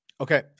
Okay